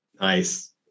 Nice